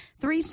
three